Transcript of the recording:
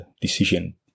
decision